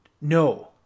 No